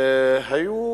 היו